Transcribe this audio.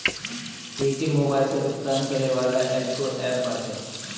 Paytm mobile से भुगतान करे वाला एगो एप्प बाटे